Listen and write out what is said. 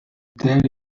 tell